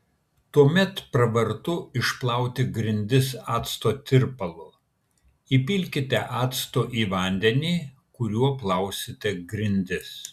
tuomet pravartu išplauti grindis acto tirpalu įpilkite acto į vandenį kuriuo plausite grindis